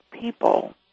people